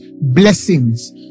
blessings